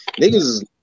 niggas